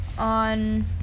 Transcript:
On